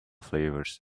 flavors